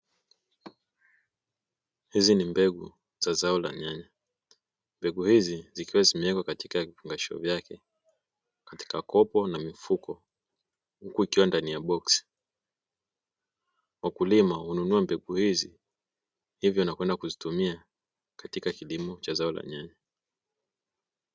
Hizi ni mbegu za zao la nyanya, mbegu hizi zikiwa zimewekwa katika vifungashio vyake katika kopo na mifuko ikiwa ndani ya boksi, wakulima hununua mbegu hizi hivyo na kwenda kuzitumia katika kilimo cha zao la nyanya.